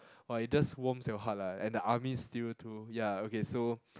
!wah! it just warms your heart lah and the army stew too ya okay so